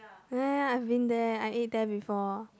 ya ya ya I've been there I ate there before